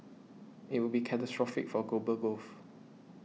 it would be catastrophic for global growth